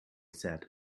said